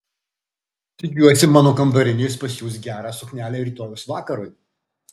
tikiuosi mano kambarinės pasiūs gerą suknelę rytojaus vakarui